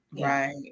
Right